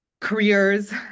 careers